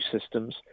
systems